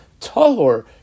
tahor